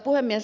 puhemies